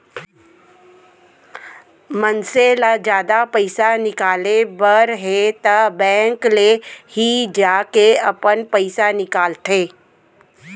मनसे ल जादा पइसा निकाले बर हे त बेंक ले ही जाके अपन पइसा निकालंथे